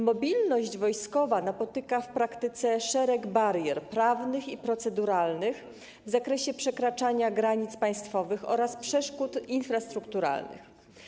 Mobilność wojskowa napotyka w praktyce na szereg barier prawnych i proceduralnych w zakresie przekraczania granic państwowych oraz przeszkód infrastrukturalnych.